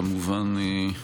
כמובן,